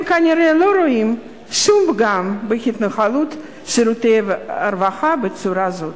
הם כנראה לא רואים שום פגם בהתנהלות שירותי הרווחה בצורה זאת.